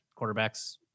quarterbacks